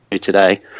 today